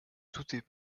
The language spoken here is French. doutais